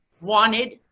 wanted